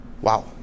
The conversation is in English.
Wow